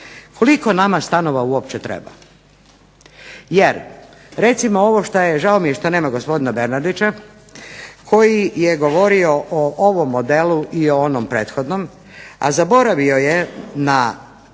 Koliko nama stanova uopće treba? Jer recimo ovo što je, žao mi je što nema gospodina Bernardića, koji je govorio o ovom modelu i o onom prethodnom, a zaboravio je na